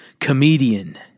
comedian